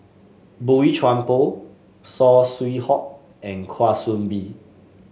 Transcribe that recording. Boey Chuan Poh Saw Swee Hock and Kwa Soon Bee